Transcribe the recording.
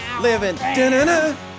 Living